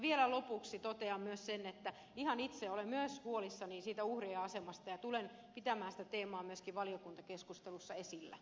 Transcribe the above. ja vielä lopuksi totean myös sen että ihan itse olen myös huolissani siitä uhrien asemasta ja tulen pitämään sitä teemaa myöskin valiokuntakeskustelussa esillä